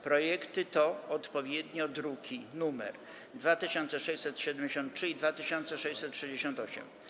Projekty to odpowiednio druki nr 2673 i 2668.